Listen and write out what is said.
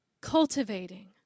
cultivating